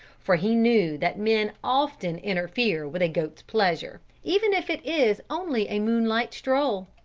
for he knew that men often interfere with a goat's pleasure, even if it is only a moonlight stroll.